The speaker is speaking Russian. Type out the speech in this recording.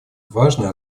важный